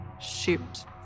shoot